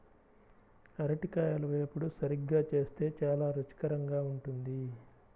అరటికాయల వేపుడు సరిగ్గా చేస్తే చాలా రుచికరంగా ఉంటుంది